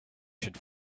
should